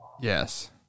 Yes